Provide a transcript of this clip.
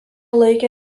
laikė